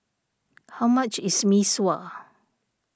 how much is Mee Sua